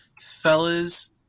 Fellas